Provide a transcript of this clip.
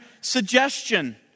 suggestion